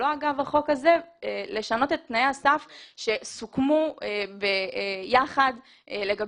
אבל לא אגב החוק הזה לשנות את תנאי הסף שסוכמו יחד לגבי